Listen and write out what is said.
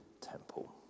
temple